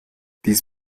dies